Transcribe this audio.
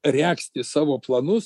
regzti savo planus